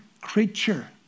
creature